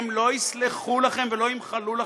הם לא יסלחו לכם ולא ימחלו לכם,